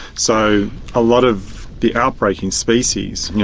so a lot of the out-breaking species,